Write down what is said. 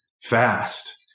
fast